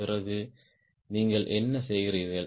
பிறகு நீங்கள் என்ன செய்கிறீர்கள்